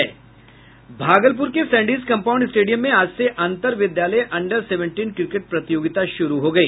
भागलपुर के Sandis compound stadium में आज से अंतर विद्यालय अन्डर सेवंटिन क्रिकेट प्रतियोगिता शुरु हो गई